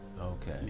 Okay